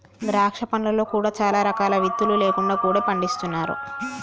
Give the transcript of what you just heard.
ద్రాక్ష పండ్లలో కూడా చాలా రకాలు విత్తులు లేకుండా కూడా పండిస్తున్నారు